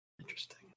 Interesting